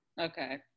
Okay